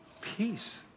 peace